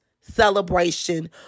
celebration